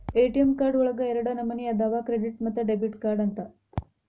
ATM card ಒಳಗ ಎರಡ ನಮನಿ ಅದಾವ ಕ್ರೆಡಿಟ್ ಮತ್ತ ಡೆಬಿಟ್ ಕಾರ್ಡ್ ಅಂತ